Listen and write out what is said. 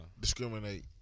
Discriminate